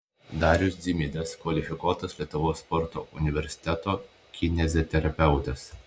darius dzimidas kvalifikuotas lietuvos sporto universiteto kineziterapeutas